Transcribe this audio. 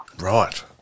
Right